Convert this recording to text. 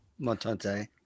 Montante